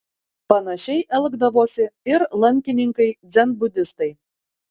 panašiai elgdavosi ir lankininkai dzenbudistai